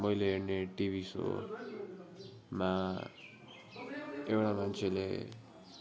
मैले हेर्ने टिभी सोमा एउटा मान्छेले